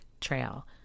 trail